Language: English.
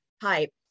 pipe